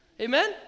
Amen